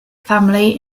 family